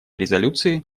резолюции